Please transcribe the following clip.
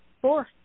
four